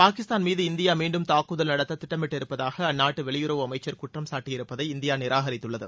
பாகிஸ்தான் மீது இந்தியா மீண்டும் தாக்குதல் நடத்த திட்டமிட்டு இருப்பதாக அந்நாட்டு வெளியுறவு அமைச்சர் குற்றம் சாட்டியிருப்பதை இந்தியா நிராகரித்துள்ளது